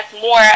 more